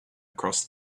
across